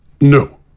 No